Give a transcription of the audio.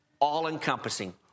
all-encompassing